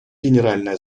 генеральная